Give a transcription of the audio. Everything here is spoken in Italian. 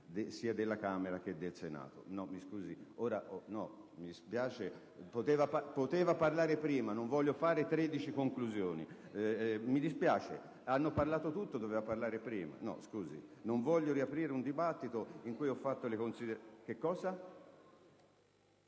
sia alla Camera che al Senato